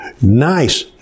nice